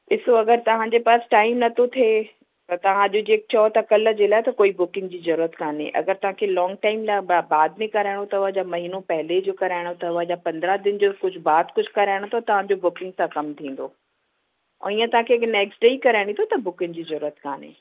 ॾिसो अगरि तव्हां जे पास टाइम न थो थिए त तव्हां अॼु जीअं चओ था कल्ह जे लाइ त कोई बुकिंग जी ज़रूरत कोन्हे अगरि तव्हां खे लॉन्ग टाइम लाइ बि बाद बि कराइणो अथव या महिनो पहिले जो कराइणो अथव या पंद्रहं दिन जो कुझु बाद कुझु कराइणो अथव तव्हां जो बुकिंग सां कमु थींदो ऐं ईअं तव्हां खे अगरि नेक्स्ट डे ई कराइणी अथव त बुकिंग जी ज़रूरत कोन्हे